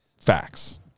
Facts